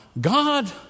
God